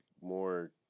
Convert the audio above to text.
more